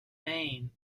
maine